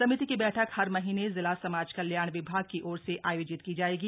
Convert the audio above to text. समिति की बछक हर महीने जिला समाज कल्याण विभाग की ओर से थे योजित की जायेगी